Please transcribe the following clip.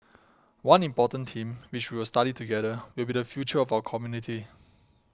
one important theme which we will study together will be the future of our community